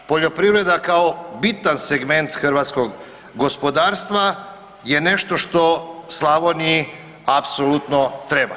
Poljoprivreda kao bitan segment hrvatskog gospodarstva je nešto što Slavoniji apsolutno treba.